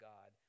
God